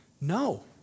No